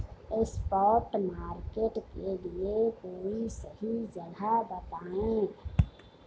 spot market के लिए कोई सही जगह बताएं